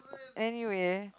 anyway